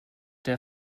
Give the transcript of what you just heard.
der